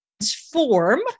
Transform